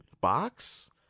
box